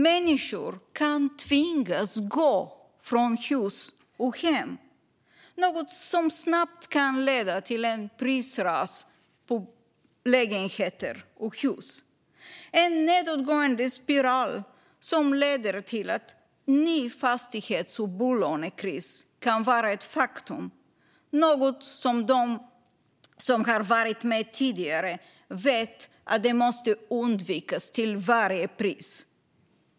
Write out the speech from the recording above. Människor kan tvingas gå från hus och hem, något som snabbt kan leda till prisras på lägenheter och hus. En nedåtgående spiral som leder till en ny fastighets och bolånekris kan vara ett faktum, något som de som varit med tidigare vet måste undvikas till varje pris.